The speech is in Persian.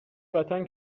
وطن